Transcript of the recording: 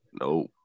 Nope